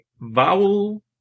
vowel